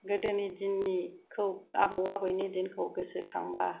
गोदोनि दिननि आबै आबौनि दिनखौ गोसो खांब्ला